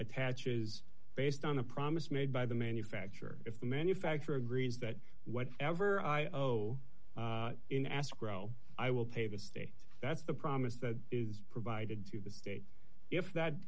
attaches based on the promise made by the manufacturer if the manufacturer agrees that whatever i owe in ask ro i will pay the state that's the promise that is provided to the state if that